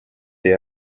the